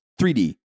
3D